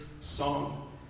song